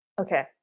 Okay